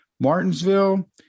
Martinsville